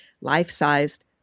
life-sized